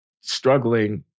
struggling